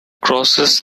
crosses